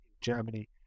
Germany